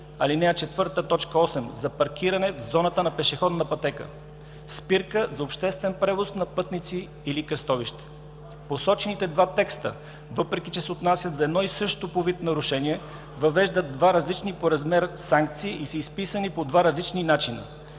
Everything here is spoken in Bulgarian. ал. 4, т. 8, за паркиране в зоната на пешеходна пътека, спирка за обществен превоз на пътници или кръстовище. Посочените два текста, въпреки че се отнасят за едно и също по вид нарушение, въвеждат две различни по размер санкции и са изписани по два различни начина.